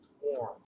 warm